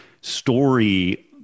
story